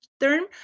term